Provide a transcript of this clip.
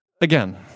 Again